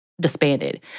disbanded